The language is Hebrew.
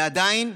ועדיין,